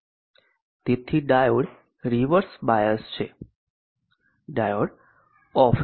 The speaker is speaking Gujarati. તેથી ડાયોડ રીવર્સ બાયસ છે ડાયોડ ઓફ છે